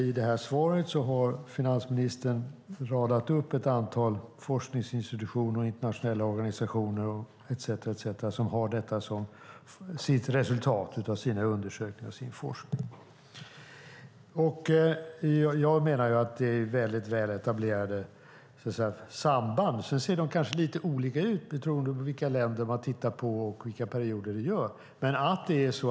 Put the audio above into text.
I svaret har finansministern radat upp ett antal forskningsinstitutioner, internationella organisationer etcetera som har nått detta resultat i sina undersökningar och sin forskning. Jag menar att det är väl etablerade samband, men det kan se lite olika ut beroende på vilka länder och vilka perioder man tittar på.